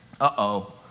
Uh-oh